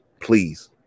please